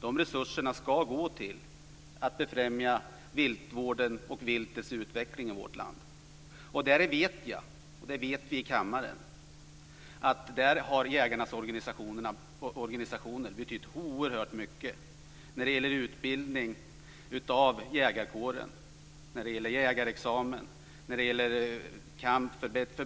De resurserna ska gå till att befrämja viltvården och viltets utveckling i vårt land. Jag vet, och det vet vi här i kammaren, att jägarnas organisationer har betytt oerhört mycket när det gäller utbildning av jägarkåren, jägarexamen,